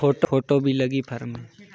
Photo भी लगी form मे?